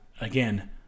Again